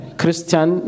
christian